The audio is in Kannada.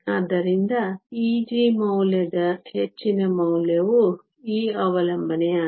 ಆದ್ದರಿಂದ Eg ಮೌಲ್ಯದ ಹೆಚ್ಚಿನ ಮೌಲ್ಯವು ಈ ಅವಲಂಬನೆಯಾಗಿದೆ